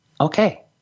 okay